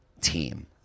team